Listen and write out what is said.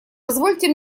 позвольте